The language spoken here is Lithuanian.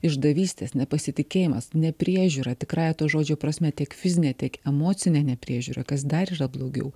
išdavystės nepasitikėjimas nepriežiūra tikrąja to žodžio prasme tiek fizinė tiek emocinė nepriežiūra kas dar yra blogiau